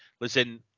listen